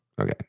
Okay